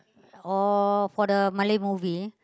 oh for the Malay movie